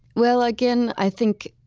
well, again, i think